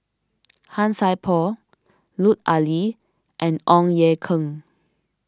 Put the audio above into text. Han Sai Por Lut Ali and Ong Ye Kung